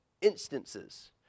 instances